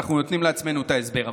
ואנחנו נותנים לעצמנו את ההסבר.